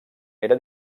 era